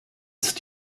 ist